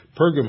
Pergamum